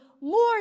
more